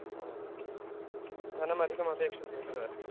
आं धनमधिकमपेक्षते तदर्थम्